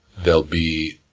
they'll be